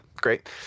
great